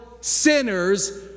sinners